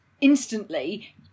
instantly